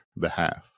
behalf